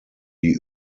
die